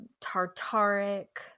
tartaric